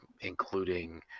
including